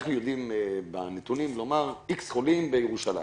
אנחנו יודעים לומר מהנתונים שיש איקס חולים בירושלים.